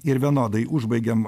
ir vienodai užbaigiam